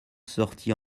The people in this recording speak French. sortis